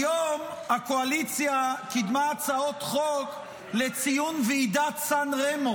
היום הקואליציה קידמה הצעות חוק לציון ועידת סן רמו